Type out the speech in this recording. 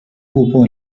cupo